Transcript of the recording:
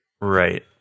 right